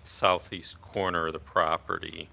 southeast corner of the property